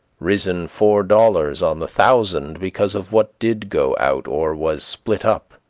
risen four dollars on the thousand because of what did go out or was split up